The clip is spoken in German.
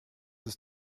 ist